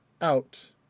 out